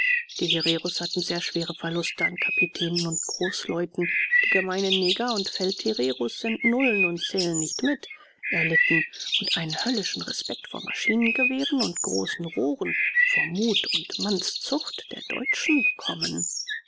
die hereros hatten sehr schwere verluste an kapitänen und großleuten die gemeinen neger und feldhereros sind nullen und zählen nicht mit erlitten und einen höllischen respekt vor maschinengewehren und großen rohren vor mut und mannszucht der deutschen bekommen